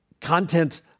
content